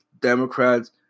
Democrats